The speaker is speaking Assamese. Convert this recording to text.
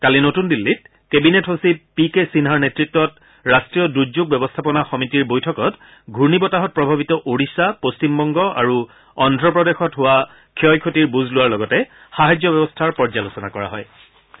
কালি নতুন দিল্লীত কেবিনেট সচিব পি কে সিনহাৰ নেতৃত্বত ৰাট্টীয় দূৰ্যোগ ব্যৱস্থাপনা সমিতিৰ বৈঠকত ঘূৰ্ণী বতাহত প্ৰভাৱিত ওড়িশা পশ্চিমবংগ আৰু অদ্ধপ্ৰদেশত হোৱা ক্ষয় ক্ষতিৰ বুজ লোৱাৰ লগতে সাহায্য ব্যৱস্থাৰ পৰ্যালোচনা কৰা হয়